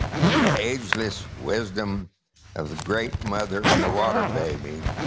and the ageless wisdom of the great mother and the water baby.